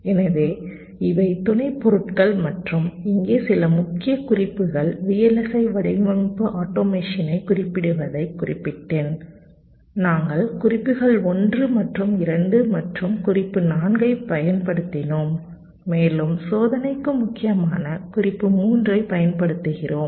எனவே இவை துணைப் பொருட்கள் மற்றும் இங்கே சில முக்கிய குறிப்புகள் VLSI வடிவமைப்பு ஆட்டோமேஷனைக் குறிப்பிடுவதைக் குறிப்பிட்டேன் நாங்கள் குறிப்புகள் 1 மற்றும் 2 மற்றும் குறிப்பு 4 ஐப் பயன்படுத்தினோம் மேலும் சோதனைக்கு முக்கியமாக குறிப்பு 3 ஐப் பயன்படுத்துகிறோம்